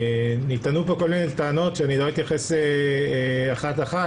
נטענו פה כל מיני טענות שאני לא אתייחס אחת אחת,